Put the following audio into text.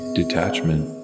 detachment